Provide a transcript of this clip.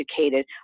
educated